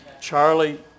Charlie